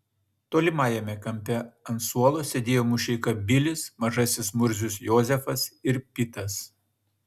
tolimajame kampe ant suolo sėdėjo mušeika bilis mažasis murzius jozefas ir pitas